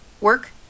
Work